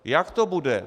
Jak to bude?